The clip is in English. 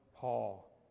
Paul